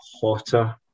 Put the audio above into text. hotter